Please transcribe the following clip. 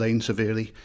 severely